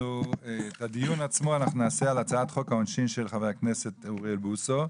את הדיון עצמו נעשה על הצעת חוק העונשין של חבר הכנסת אוריאל בוסו,